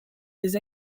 des